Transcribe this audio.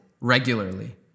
regularly